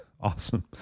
Awesome